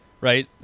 right